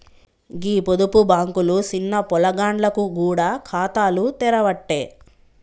గీ పొదుపు బాంకులు సిన్న పొలగాండ్లకు గూడ ఖాతాలు తెరవ్వట్టే